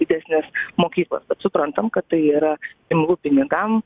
didesnės mokyklos bet suprantam kad tai yra imlu pinigam